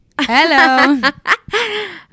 hello